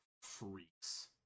freaks